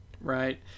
right